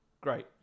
Great